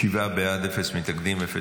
שבעה בעד, אין מתנגדים או נמנעים.